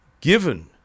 Given